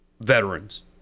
veterans